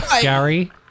Gary